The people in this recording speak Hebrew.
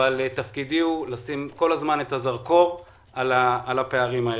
תפקידי הוא לשים כל הזמן את הזרקור על הפערים הללו.